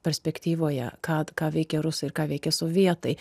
perspektyvoje kad ką veikė rusai ir ką veikė sovietai